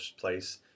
place